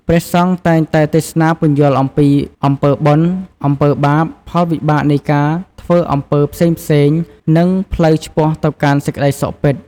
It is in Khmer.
ព្រះសង្ឃតែងតែទេសនាពន្យល់អំពីអំពើបុណ្យ អំពើបាប ផលវិបាកនៃការធ្វើអំពើផ្សេងៗ និងផ្លូវឆ្ពោះទៅកាន់សេចក្តីសុខពិត។